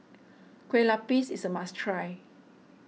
Kueh Lupis is a must try